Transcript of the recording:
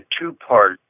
two-part